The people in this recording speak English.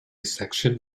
section